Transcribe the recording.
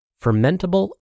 fermentable